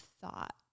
thought